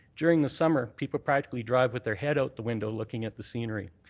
during the summer, people practically drive with their head out the window looking at the scenery,